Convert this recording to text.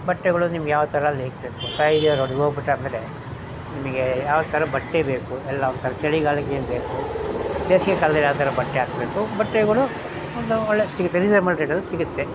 ಬಟ್ಟೆಗಳು ನಿಮ್ಗೆ ಯಾವ ಥರ ಲೈಕ್ ಬೇಕು ಹರಿದೋಗ್ಬಿಟ್ರೆ ಆಮೇಲೆ ನಿಮಗೆ ಯಾವ ಥರ ಬಟ್ಟೆ ಬೇಕು ಎಲ್ಲ ಒಂಥರ ಚಳಿಗಾಲಕ್ಕೆ ಏನ್ಬೇಕು ಬೇಸಿಗೆ ಕಾಲ್ದಲ್ಲಿ ಯಾವ ಥರ ಬಟ್ಟೆ ಹಾಕ್ಬೇಕು ಬಟ್ಟೆಗಳು ಒಂದು ಒಳ್ಳೆ ಸಿಗುತ್ತೆ ರೀಸನೇಬಲ್ ರೇಟಲ್ಲಿ ಸಿಗುತ್ತೆ